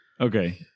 Okay